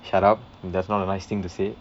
shut up that's not a nice thing to say